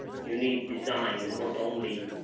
you need design, not only